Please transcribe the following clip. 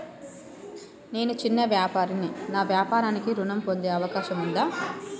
నేను చిన్న వ్యాపారిని నా వ్యాపారానికి ఋణం పొందే అవకాశం ఉందా?